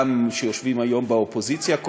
גם חברים שיושבים היום באופוזיציה,